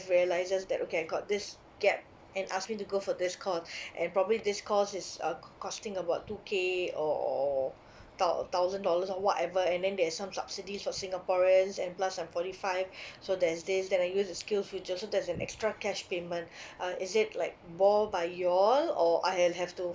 realises that okay I got this gap and ask me to go for this course and probably this course is uh costing about two K or or thou~ thousand dollars or whatever and then there's some subsidies for singaporeans and plus I'm forty five so there's this then I use the skill future so there's an extra cash payment uh is it like bore by you all or I'll have to